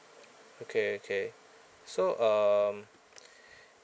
okay okay so um